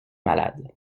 malade